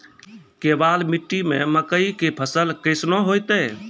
केवाल मिट्टी मे मकई के फ़सल कैसनौ होईतै?